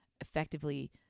effectively